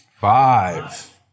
Five